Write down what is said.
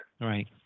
Right